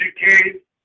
educate